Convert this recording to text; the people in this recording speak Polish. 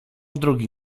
drugi